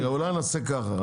רגע אולי נעשה ככה.